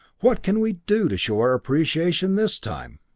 what can we do to show our appreciation this time?